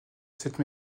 cette